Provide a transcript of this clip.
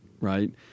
right